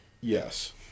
Yes